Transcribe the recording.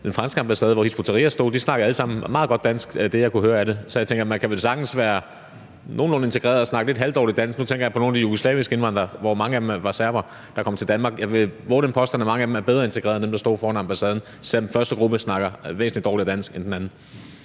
den franske ambassade, hvor Hizb ut-Tahrir stod, og de snakker alle sammen meget godt dansk – det, jeg kunne høre af det. Så jeg tænker, at man vel sagtens kan være nogenlunde integreret og snakke lidt halvdårlig dansk. Nu tænker jeg på nogle af de jugoslaviske indvandrere; mange af dem var serbere, der kom til Danmark, og jeg vil vove den påstand, at mange af dem er bedre integreret end dem, der stod foran ambassaden, selv om den første gruppe snakker væsentlig dårligere dansk end den anden.